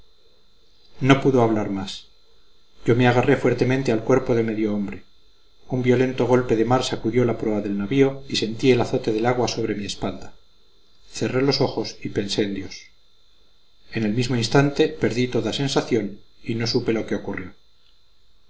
no pudo hablar más yo me agarré fuertemente al cuerpo de medio hombre un violento golpe de mar sacudió la proa del navío y sentí el azote del agua sobre mi espalda cerré los ojos y pensé en dios en el mismo instante perdí toda sensación y no supe lo que ocurrió